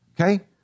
okay